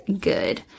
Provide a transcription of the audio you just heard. good